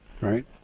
Right